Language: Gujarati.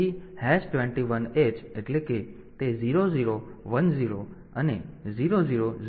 તેથી 21 h એટલે કે તે 0 0 1 0 અને 0 0 0 1 હશે